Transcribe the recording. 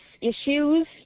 issues